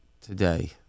today